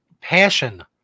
Passion